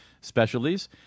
specialties